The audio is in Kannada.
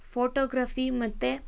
ಫೋಟೋಗ್ರಫಿ ಮತ್ತು